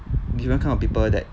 different kind of people that